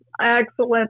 excellent